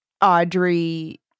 Audrey